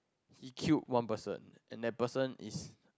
he killed one person and that person is